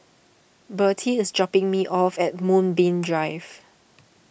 Birtie is dropping me off at Moonbeam Drive